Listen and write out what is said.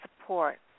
support